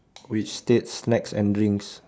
which states snacks and drinks